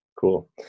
Cool